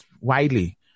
widely